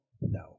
no